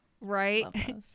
Right